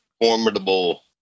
formidable